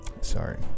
Sorry